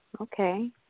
Okay